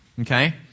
okay